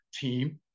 team